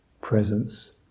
presence